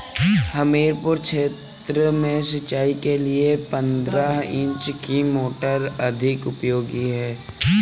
हमीरपुर क्षेत्र में सिंचाई के लिए पंद्रह इंची की मोटर अधिक उपयोगी है?